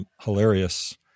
hilarious